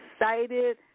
excited